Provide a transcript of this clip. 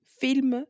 film